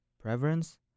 preference